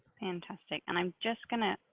fantastic, and i'm just gonna,